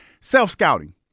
self-scouting